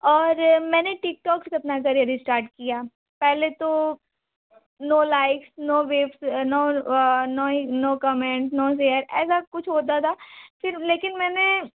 और मैंने टिकटॉक से अपना कैरियर इस्टार्ट किया पहले तो no likes no views no no comments no share ऐसा कुछ होता था फिर लेकिन मैंने